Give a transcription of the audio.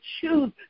choose